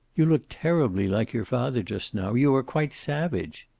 you look terribly like your father just now. you are quite savage.